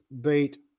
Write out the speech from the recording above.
beat